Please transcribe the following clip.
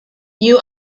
you